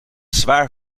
zwaar